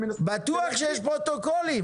בטוח שיש פרוטוקולים.